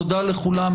תודה לכולם.